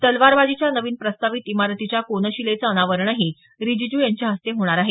तलवारबाजीच्या नवीन प्रस्तावित इमारतीच्या कोनशिलेचं अनावरणही रिजिज् यांच्या हस्ते होणार आहे